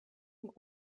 von